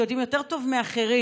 שיודעים יותר טוב מאחרים,